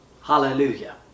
Hallelujah